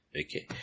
Okay